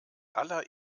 aller